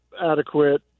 adequate